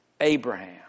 Abraham